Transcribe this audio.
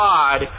God